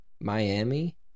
Miami